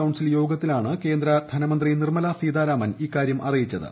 council യോഗത്തിലാണ് കേന്ദ്ര ധനമന്ത്രി നിർമല സീതാരാമൻ ഇക്കാരൃം അറിയിച്ചത്